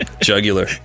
jugular